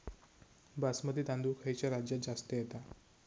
बासमती तांदूळ खयच्या राज्यात जास्त येता?